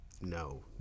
no